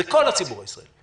זה כל הציבור הישראלי.